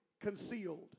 concealed